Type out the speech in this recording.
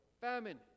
famine